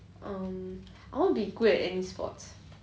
um I want to be good at any sports